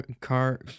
Car